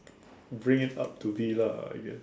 bring it up to me lah I guess